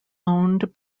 owned